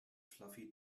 fluffy